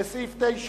סעיף 8,